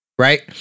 Right